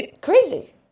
crazy